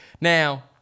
Now